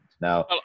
Now